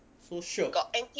so shiok